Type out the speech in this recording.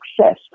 success